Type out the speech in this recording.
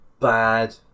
bad